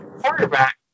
Quarterback